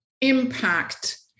impact